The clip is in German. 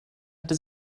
hatte